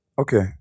okay